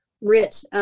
writ